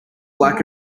black